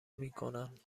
میکنند